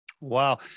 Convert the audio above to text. wow